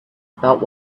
about